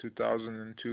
2002